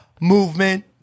movement